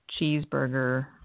cheeseburger